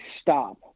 stop